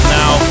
now